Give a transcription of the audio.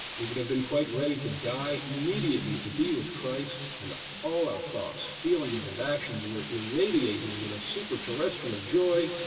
we would have been quite ready to die immediately to be with christ and all our thoughts, feelings, and actions were irradiated with a super terrestrial joy,